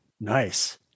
Nice